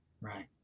Right